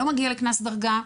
לא מגיע לי קנס דרגה'.